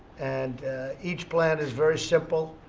and each plan is very simple.